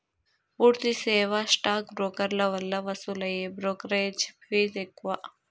పూర్తి సేవా స్టాక్ బ్రోకర్ల వల్ల వసూలయ్యే బ్రోకెరేజ్ ఫీజ్ ఎక్కువ